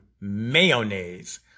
mayonnaise